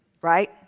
Right